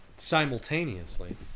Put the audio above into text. simultaneously